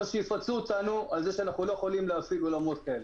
או שיפצו אותנו על זה שאנחנו לא יכולים להשיג אולמות כאלה.